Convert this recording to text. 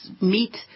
meet